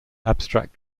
abstract